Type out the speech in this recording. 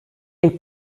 est